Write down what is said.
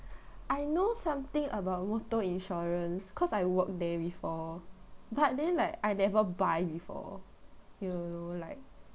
I know something about motor insurance cause I work there before but then like I never buy before you know like